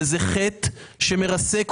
זה חטא שמרסק,